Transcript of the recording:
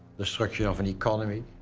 destruction of an economy,